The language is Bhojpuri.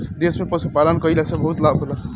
देश में पशुपालन कईला से बहुते लाभ होला